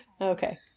Okay